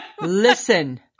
listen